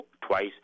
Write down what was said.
twice